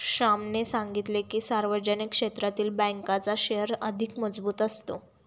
श्यामने सांगितले की, सार्वजनिक क्षेत्रातील बँकांचा शेअर अधिक मजबूत असतो